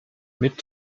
mit